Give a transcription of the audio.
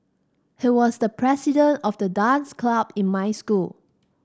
he was the president of the dance club in my school